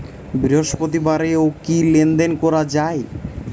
বৃহস্পতিবারেও কি লেনদেন করা যায়?